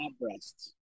breasts